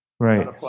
Right